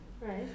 Right